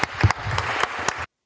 Hvala